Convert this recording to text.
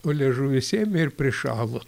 o liežuvis ėmė ir prišalo